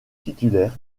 titulaire